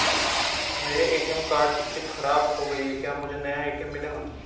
मेरे ATM card की chip खराब हो गयी है क्या मुझे नया ए.टी.एम मिलेगा?